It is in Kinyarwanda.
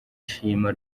shima